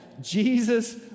jesus